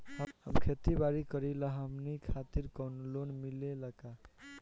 हम खेती बारी करिला हमनि खातिर कउनो लोन मिले ला का?